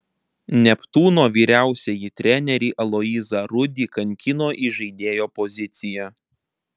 neptūno vyriausiąjį trenerį aloyzą rudį kankino įžaidėjo pozicija